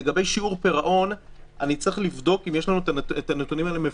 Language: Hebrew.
לגבי שיעור פירעון - אני צריך לבדוק אם יש לנו את הנתונים האלה.